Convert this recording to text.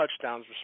touchdowns